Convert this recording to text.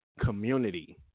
community